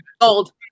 Gold